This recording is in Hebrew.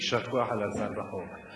יישר כוח על הצעת החוק.